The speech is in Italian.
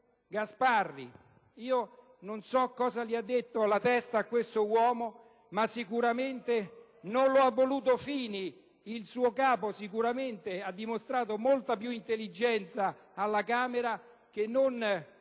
Non so cosa gli abbia detto la testa a quest'uomo, ma sicuramente non lo ha voluto Fini, il suo capo, che ha dimostrato molta più intelligenza alla Camera di